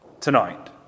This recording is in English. tonight